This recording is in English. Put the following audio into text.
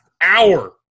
hour